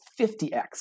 50x